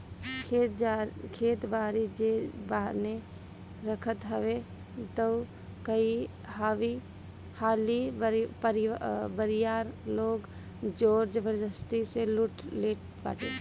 खेत बारी जे बान्हे रखत हवे तअ कई हाली बरियार लोग जोर जबरजस्ती से लूट लेट बाटे